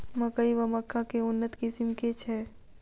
मकई वा मक्का केँ उन्नत किसिम केँ छैय?